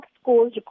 schools